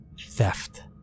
theft